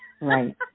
Right